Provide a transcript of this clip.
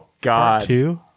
God